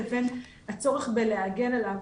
לבין הצורך בלהגן עליו.